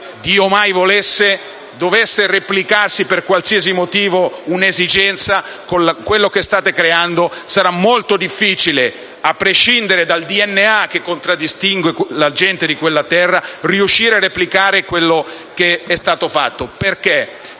ma se mai dovesse replicarsi per qualsiasi motivo un'emergenza simile, con quello che state creando sarà molto difficile, a prescindere dal DNA che contraddistingue la gente di quella terra, riuscire a replicare ciò che è stato fatto in